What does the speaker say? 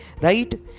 Right